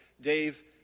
Dave